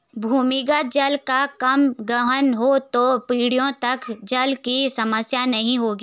भूमिगत जल का कम गोहन हो तो पीढ़ियों तक जल की समस्या नहीं होगी